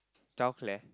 tell Claire